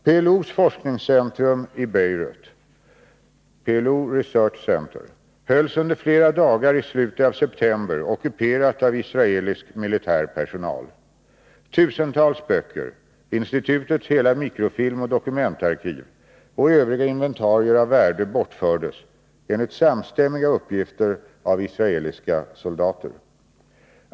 PLO:s forskningscentrum i Beirut — PLO Research Center — hölls under flera dagar i slutet av september ockuperat av israelisk militär personal. Tusentals böcker, institutets hela mikrofilmsoch dokumentarkiv samt övriga inventarier av värde bortfördes enligt samstämmiga uppgifter av israeliska soldater.